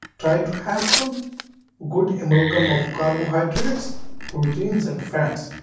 try to have some good amalgam of carbohydrates proteins and fats.